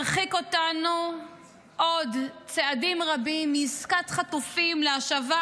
הרחיק אותנו עוד צעדים רבים מעסקת חטופים להשבת